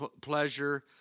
pleasure